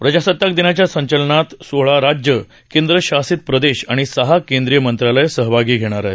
प्रजासताक दिनाच्या संचलनात सोळा राज्यं केंद्रशासित प्रदेश आणि सहा केंद्रीय मंत्रालय सहभाग घेणार आहेत